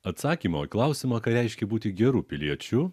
atsakymo į klausimą ką reiškia būti geru piliečiu